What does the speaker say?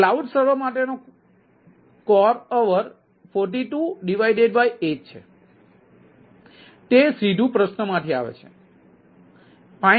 તેથી cloud server માટેના core hour 428 છે તે સીધું પ્રશ્નમાથી આવે છે 5